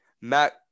Matt